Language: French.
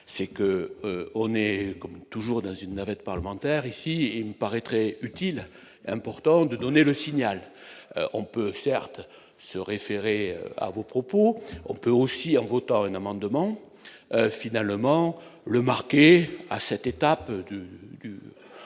c'est que on est, comme toujours dans une navette parlementaire ici et me paraît très utile, important de donner le signal, on peut certes se référer à vos propos, on peut aussi en votant un amendement finalement le marquer à cette étape de